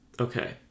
Okay